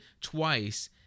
twice